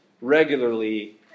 regularly